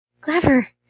Clever